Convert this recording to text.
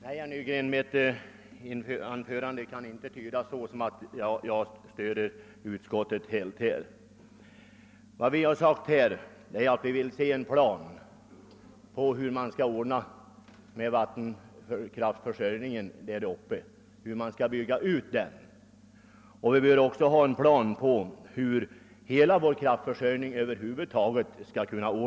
Herr talman! Nej, herr Nygren, mitt anförande kan inte tolkas så, att jag helt stöder utskottet. Vad jag sagt är att vi vill se en plan för utbyggnad av vattenkraftförsörjningen där uppe. Vi bör också ha en plan för vår vattenkraftförsörjning över huvud taget.